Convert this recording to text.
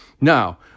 Now